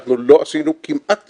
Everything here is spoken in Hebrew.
אנחנו לא עשינו כמעט